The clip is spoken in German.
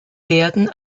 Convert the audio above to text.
werden